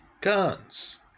guns